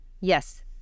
yes